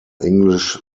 english